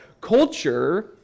culture